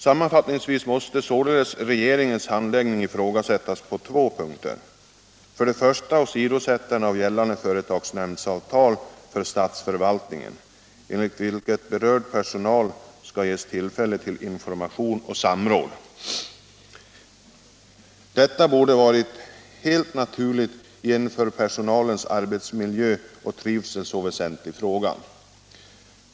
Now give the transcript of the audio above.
Sammanfattningsvis måste således regeringens handläggning ifrågasättas på två punkter. Jag syftar för det första på åsidosättandet av gällande företagsnämndsavtal för statsförvaltningen, enligt vilket berörd personal skall ges tillfälle till information och samråd. Detta borde ha varit helt naturligt i en för personalens arbetsmiljö och trivsel så väsentlig fråga.